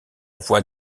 voix